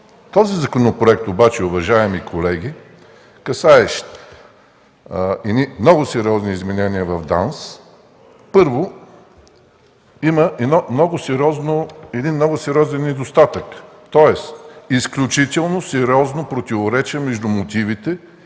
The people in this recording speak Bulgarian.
Този законопроект обаче, уважаеми колеги, касаещ много сериозни изменения в ДАНС, първо, има много сериозен недостатък, тоест изключително сериозно противоречие между мотивите